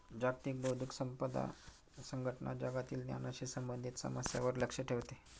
जागतिक बौद्धिक संपदा संघटना जगातील ज्ञानाशी संबंधित समस्यांवर लक्ष ठेवते